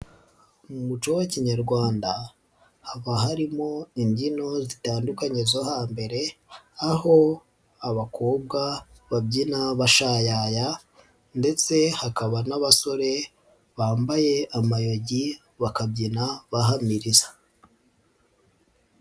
Mu muco wa Kinyarwanda haba harimo imbyino zitandukanye zo hambere, aho abakobwa babyina bashayaya ndetse hakaba n'abasore bambaye amayugi bakabyina bahamiriza.